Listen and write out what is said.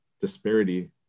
disparity